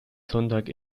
sonntag